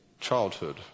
childhood